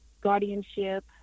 Guardianship